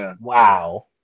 wow